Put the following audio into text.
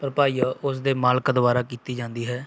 ਭਰਪਾਈ ਆ ਉਸ ਦੇ ਮਾਲਕ ਦੁਆਰਾ ਕੀਤੀ ਜਾਂਦੀ ਹੈ